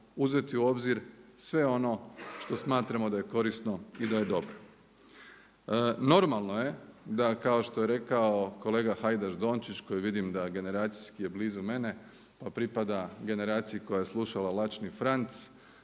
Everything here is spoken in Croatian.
uzeti u obzir sve on što smatramo da je korisno i da je dobro. Normalno je da kao što je rekao kolega Hajdaš Dončić koji vidim da generacijski je blizu mene, a pripada generaciji koja je slušala Laćni Franc.